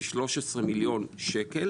ב-13 מיליון ₪.